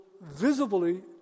visibly